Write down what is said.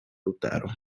lutero